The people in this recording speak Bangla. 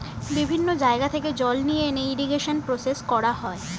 বিভিন্ন জায়গা থেকে জল নিয়ে এনে ইরিগেশন প্রসেস করা হয়